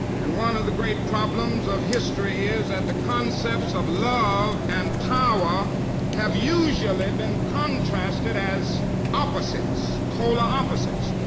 and one of the great problems of history is that the concepts of love and power have usually been contrasted as opposites, polar opposites,